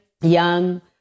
young